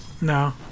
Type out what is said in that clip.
No